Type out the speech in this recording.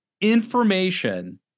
information